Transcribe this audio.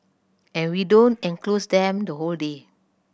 and we don't enclose them the whole day